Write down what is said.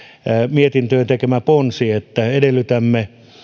mietintöön tekemämme ponsi että edellytämme